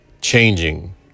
changing